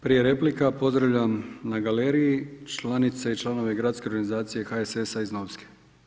Prije replika pozdravljam na galeriji članice i članove gradske organizacije HSS-a iz Novske.